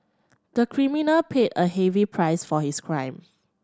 the criminal paid a heavy price for his crime